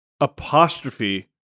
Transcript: apostrophe